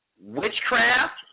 witchcraft